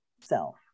self